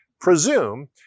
presume